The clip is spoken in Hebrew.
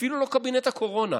אפילו לא קבינט הקורונה.